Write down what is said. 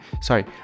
sorry